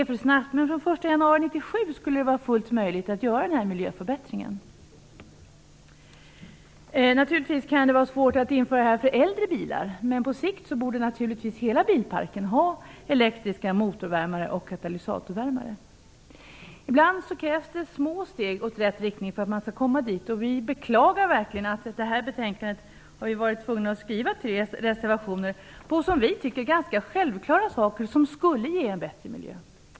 Vi inser nu att det skulle vara att gå fram för snabbt, men det skulle vara fullt möjligt att göra den här miljöförbättringen från den 1 januari 1997. Det kan naturligtvis vara svårt att införa detta för äldre bilar, men på sikt borde hela bilparken ha elektriska motorvärmare och katalysatorvärmare. Ibland krävs det små steg i rätt riktning för att man skall komma dit, och vi beklagar verkligen att vi till det här betänkandet har varit tvungna att skriva tre reservationer om ganska självklara saker, som skulle ge en bättre miljö.